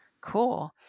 cool